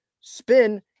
spin